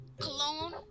cologne